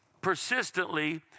persistently